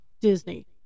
Disney